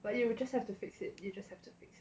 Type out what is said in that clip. but you will just have to fix it you just have to fix